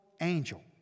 angel